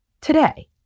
today